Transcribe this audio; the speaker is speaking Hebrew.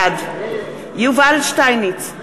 בעד יובל שטייניץ,